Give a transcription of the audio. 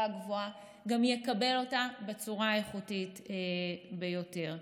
הגבוהה גם יקבל אותה בצורה האיכותית ביותר.